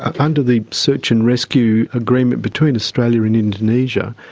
ah kind of the search and rescue agreement between australia and indonesia,